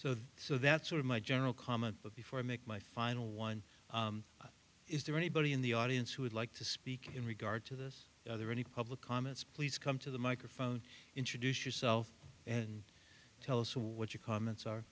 so so that's sort of my general comment but before i make my final one is there anybody in the audience who would like to speak in regard to this or any public comments please come to the microphone introduce yourself and tell us what your comments are